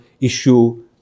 issue